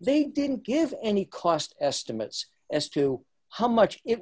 they didn't give any cost estimates as to how much it